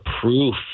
proof